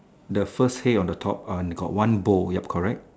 the first hay on the top got one bow ya correct